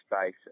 space